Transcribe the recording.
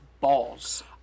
balls